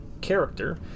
character